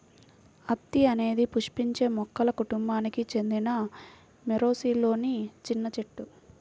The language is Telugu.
అత్తి అనేది పుష్పించే మొక్కల కుటుంబానికి చెందిన మోరేసిలోని చిన్న చెట్టు